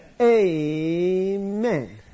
Amen